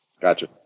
Gotcha